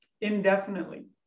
indefinitely